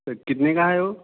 कितने का है वह